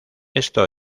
esto